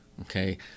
Okay